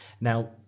Now